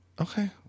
Okay